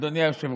אז אנחנו כאן,